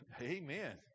Amen